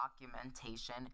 documentation